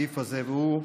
והוא,